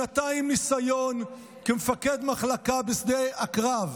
שנתיים ניסיון כמפקד מחלקה בשדה הקרב,